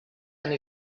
and